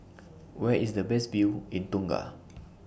Where IS The Best View in Tonga